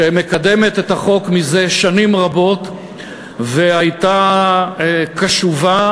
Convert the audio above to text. שמקדמת את החוק זה שנים רבות והייתה קשובה,